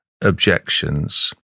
objections